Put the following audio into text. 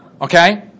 Okay